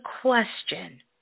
question